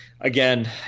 again